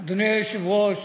אדוני היושב-ראש,